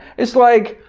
it's like,